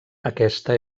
aquesta